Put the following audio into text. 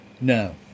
No